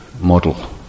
model